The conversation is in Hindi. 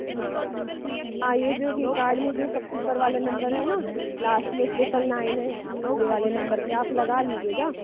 हाँ हाँ ये जो भी ये कार्ड में जो सबसे ऊपर वाला नंबर है ना लास्ट में ट्रिपल नाइन है ये वाले नंबर पे आप लगा लीजिएगा